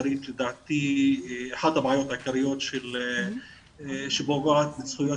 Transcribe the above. היא אחת הבעיות העיקריות שפוגעת בזכויות